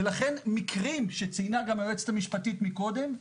ולכן מקרים שציינה גם היועצת המשפטית מקודם,